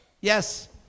Yes